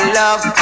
love